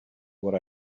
what